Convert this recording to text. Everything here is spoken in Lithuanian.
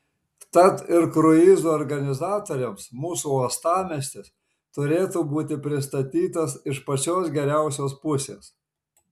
tad ir kruizų organizatoriams mūsų uostamiestis turėtų būti pristatytas iš pačios geriausios pusės